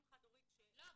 אם חד הורית ש --- לא,